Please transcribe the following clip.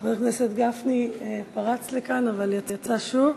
חבר הכנסת גפני פרץ לכאן אבל יצא שוב.